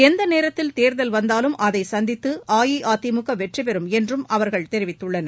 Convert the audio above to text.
எந்த நேரத்தில் தேர்தல் வந்தாலும் அதை சந்தித்து அஇஅதிமுக வெற்றி பெறும் என்றும் அவர்கள் தெரிவித்துள்ளனர்